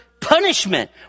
punishment